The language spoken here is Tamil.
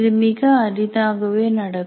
இது மிக அரிதாகவே நடக்கும்